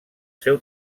seu